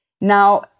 Now